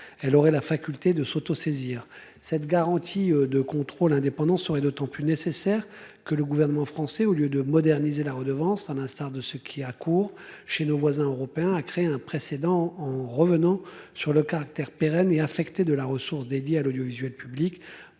elle aurait la faculté de s'auto-saisir cette garantie de contrôle indépendant sont est d'autant plus nécessaire que le gouvernement français au lieu de moderniser la redevance, à l'instar de ce qui a cours chez nos voisins européens a créé un précédent en revenant sur le caractère pérenne et infecté de la ressource dédié à l'audiovisuel public